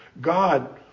God